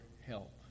help